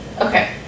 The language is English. Okay